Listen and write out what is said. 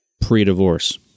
pre-divorce